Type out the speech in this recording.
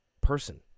person